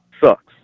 sucks